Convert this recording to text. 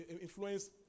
influence